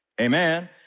Amen